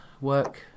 work